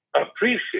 appreciate